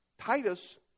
Titus